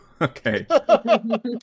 Okay